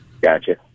Gotcha